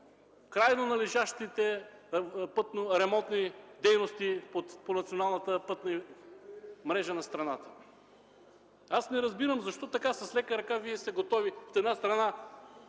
крайно належащите ремонтни дейности по националната пътна мрежа на страната. Аз не разбирам защо с лека ръка Вие сте готови на това!